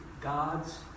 God's